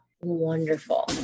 Wonderful